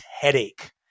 headache